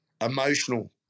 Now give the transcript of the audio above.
emotional